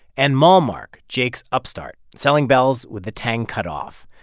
and malmark, jake's up-start, selling bells with the tang cut off.